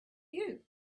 you